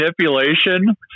manipulation